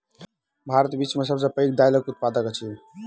भारत विश्व में सब सॅ पैघ दाइलक उत्पादक अछि